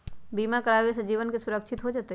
बीमा करावे से जीवन के सुरक्षित हो जतई?